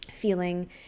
feeling